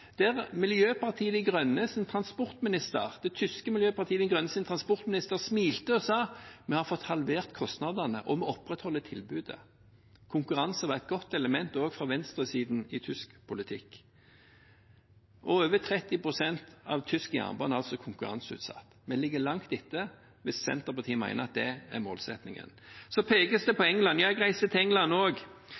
det tyske miljøpartiets – «De grønnes» – transportminister smilte og sa: Vi har fått halvert kostnadene, og vi opprettholder tilbudet. Konkurranse var et godt element også for venstresiden i tysk politikk. Over 30 pst. av tysk jernbane er konkurranseutsatt. Vi ligger langt etter hvis Senterpartiet mener at det er målsettingen. Så pekes det på England. Ja, jeg reiste til England